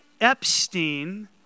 Epstein